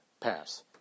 pass